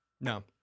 no